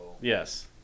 Yes